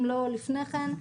אם לא לפני כן,